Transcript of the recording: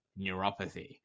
neuropathy